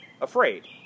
afraid